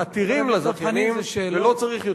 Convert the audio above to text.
חבר הכנסת דב חנין, זה שאלות.